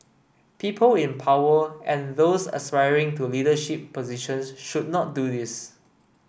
people in power and those aspiring to leadership positions should not do this